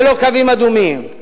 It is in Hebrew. ללא קווים אדומים.